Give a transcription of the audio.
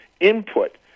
input